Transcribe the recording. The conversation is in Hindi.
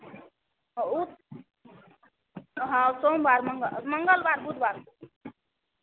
हाँ वो हाँ सोमवार मंगल मंगलवार बुधवार को